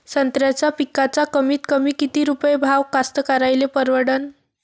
संत्र्याचा पिकाचा कमीतकमी किती रुपये भाव कास्तकाराइले परवडन?